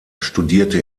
studierte